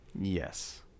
Yes